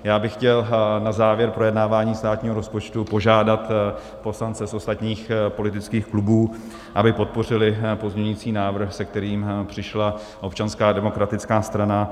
Já bych chtěl na závěr projednávání státního rozpočtu požádat poslance z ostatních politických klubů, aby podpořili pozměňující návrh, se kterým přišla Občanská demokratická strana.